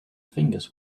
fingers